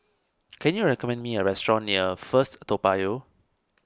can you recommend me a restaurant near First Toa Payoh